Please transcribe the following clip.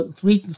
three